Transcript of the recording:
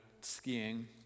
skiing